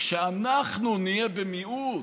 שכשאנחנו נהיה במיעוט,